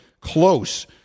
close